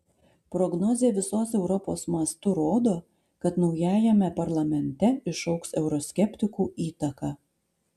prognozė visos europos mastu rodo kad naujajame parlamente išaugs euroskeptikų įtaka